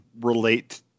relate